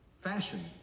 fashion